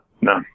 no